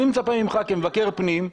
אני מצפה ממך כמבקר פנים,